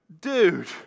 Dude